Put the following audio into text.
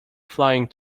flying